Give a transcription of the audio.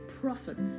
profits